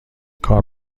کارت